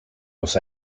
los